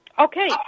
Okay